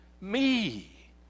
me